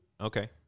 Okay